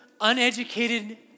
uneducated